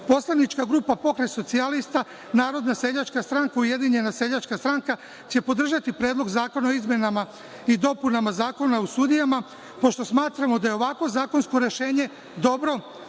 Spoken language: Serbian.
poslanička grupa Pokret socijalista, Narodna seljačka stranka, Ujedinjena seljačka stranka će podržati Predlog zakona o izmenama i dopunama Zakona o sudijama, pošto smatramo da je ovakvo zakonsko rešenje dobro